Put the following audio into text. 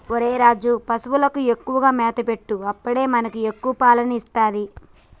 ఒరేయ్ రాజు, పశువులకు ఎక్కువగా మేత పెట్టు అప్పుడే మనకి ఎక్కువ పాలని ఇస్తది